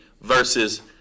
versus